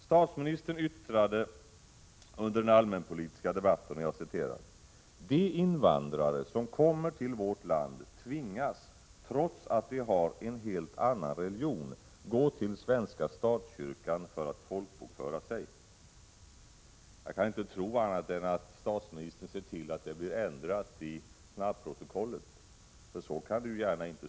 Statsministern yttrade under den allmänpolitiska debatten: ”De invandrare som kommer till vårt land tvingas — trots att de har en helt annan religion — gå till svenska statskyrkan för att folkbokföra sig.” Jag kan inte tro annat än att statsministern ser till att detta blir ändrat i protokollet, för så kan det ju inte gärna stå.